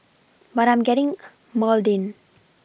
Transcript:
but I'm getting maudlin